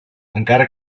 encara